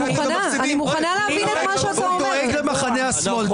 אני מוכנה להבין את מה שאתה אומר --- הוא דואג למחנה השמאל.